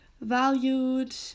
valued